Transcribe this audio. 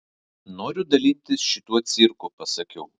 noriu dalintis šituo cirku pasakiau